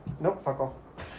Nope